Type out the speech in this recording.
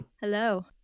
Hello